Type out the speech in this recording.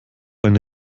eine